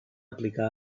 aplicar